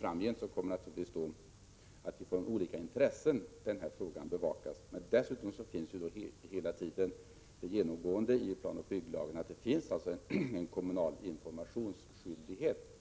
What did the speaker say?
framgent kommer denna fråga att bevakas utifrån olika intressen. Dessutom gäller hela tiden genomgående enligt planoch bygglagen en kommunal informationsskyldighet.